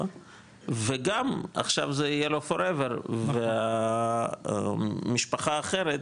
וגם עכשיו זה יהיה לו לעד ומשפחה אחרת